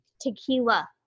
Tequila